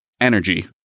energy